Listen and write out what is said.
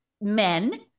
men